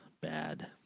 Bad